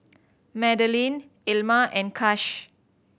Madalynn Ilma and Kash